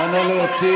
אף אחד לא יבחר בך.